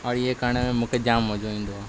और इहा करण में मूंखे जाम मज़ो ईंदो आहे